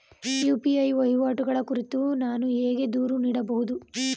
UPI ವಹಿವಾಟುಗಳ ಕುರಿತು ನಾನು ಹೇಗೆ ದೂರು ನೀಡುವುದು?